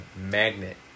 Magnet